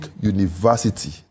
university